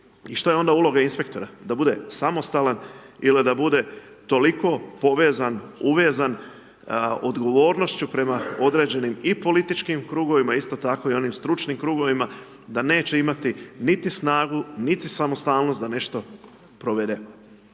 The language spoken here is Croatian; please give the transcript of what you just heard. i što je onda uloga inspektora, da bude samostalan ili da bude toliko povezan, uvezan odgovornošću prema određenim i političkim krugovima, isto tako i onim stručnim krugovima da neće imati niti snagu, niti samostalnost da nešto provede.